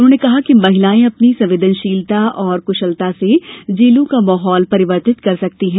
उन्होंने कहा कि महिलाए अपनी संवेदनशीलता और कुशलता से जेलों का माहौल परिर्वतित कर सकती हैं